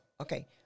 Okay